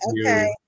okay